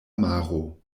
maro